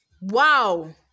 Wow